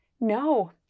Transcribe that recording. No